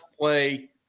play